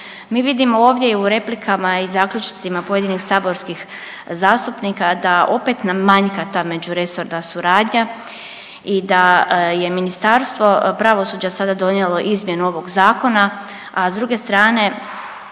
Mi vidimo ovdje i u replikama i zaključcima pojedinih saborskih zastupnika da opet nam manjka ta međuresorna suradnja i da je Ministarstvo pravosuđa sada donijelo izmjenu ovog zakona, a s druge strane